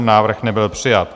Návrh nebyl přijat.